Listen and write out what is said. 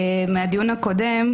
מהדיון הקודם,